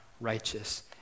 righteous